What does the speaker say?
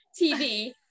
TV